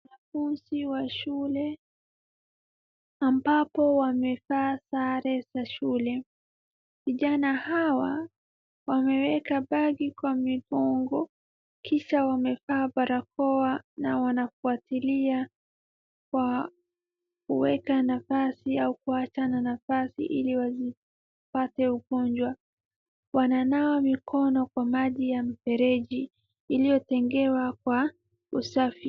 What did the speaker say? Wanafuzi wa shule, ambapo wamevaa sare za shule. Vijana hawa wameweka bagi kwa migongo, kisha wamevaa barakoa na wanafuatilia kwa kuweka nafasi, au kuacha na nafasi ili wasipate ugonjwa. Wananawa mikono kwa maji ya mfereji, iliyotengewa kwa usafi.